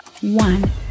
one